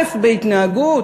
א' בהתנהגות?